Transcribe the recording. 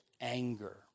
anger